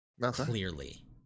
Clearly